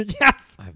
Yes